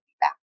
back